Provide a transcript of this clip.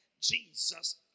Jesus